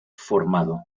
formado